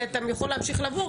אתה יכול להמשיך לבוא,